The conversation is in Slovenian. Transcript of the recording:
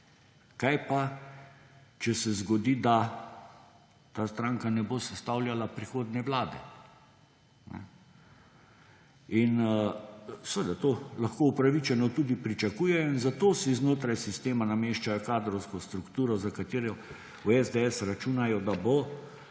kaj pa če se zgodi, da ta stranka ne bo sestavljala prihodnje vlade? In seveda to lahko upravičeno tudi pričakujejo in zato si znotraj sistema nameščajo kadrovsko strukturo, za katero v SDS računajo, da bo ostala